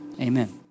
amen